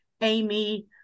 Amy